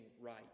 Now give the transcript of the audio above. right